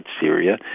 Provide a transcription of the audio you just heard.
Syria